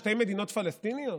שתי מדינות פלסטיניות?